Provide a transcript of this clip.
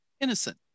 innocent